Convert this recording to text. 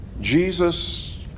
Jesus